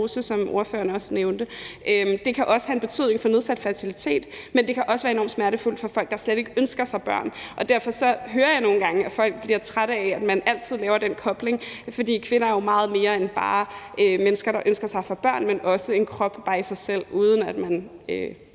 Det kan også have en betydning i forhold til nedsat fertilitet, men det kan også være enormt smertefuldt for folk, der slet ikke ønsker at få børn. Derfor hører jeg nogle gange, at folk bliver trætte af, at man altid laver den kobling, for kvinder er jo meget mere end bare mennesker, der ønsker at få børn – de er også en krop bare i sig selv, uden at det